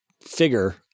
figure